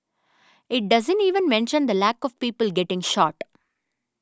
it doesn't even mention the lack of people getting shot